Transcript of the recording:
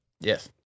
Yes